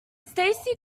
stacey